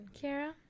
Kara